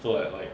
so like like